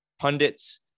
pundits